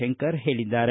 ಶಂಕರ್ ಹೇಳಿದ್ದಾರೆ